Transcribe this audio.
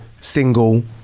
single